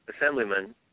assemblyman